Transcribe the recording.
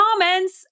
comments